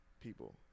people